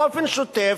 באופן שוטף,